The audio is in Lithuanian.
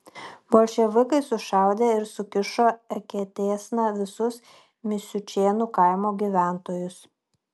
bolševikai sušaudė ir sukišo eketėsna visus misiučėnų kaimo gyventojus